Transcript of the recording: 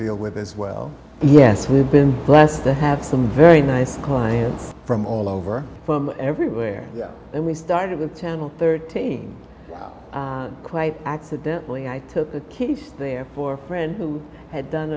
deal with as well yes we've been blessed to have some very nice clients from all over from everywhere and we started the channel thirteen quite accidentally i took the kids there for friend who had done